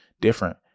different